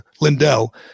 Lindell